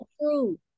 true